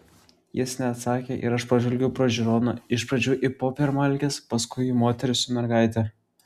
jis neatsakė ir aš pažvelgiau pro žiūroną iš pradžių į popiermalkes paskui į moterį su mergaite